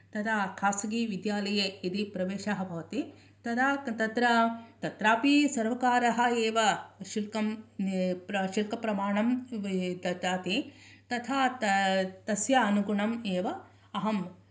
तदा खासगीविद्यालये यदि प्रवेशः भवति तदा तत्र तत्रापि सर्वकारः एव शुल्कं शुल्कप्रमाणं ददाति तदा तस्य अनुगुणं एव अहं